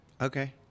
Okay